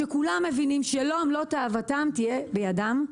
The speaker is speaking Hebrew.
שכולם מבינים שלא מלוא תאוותם תהיה בידם,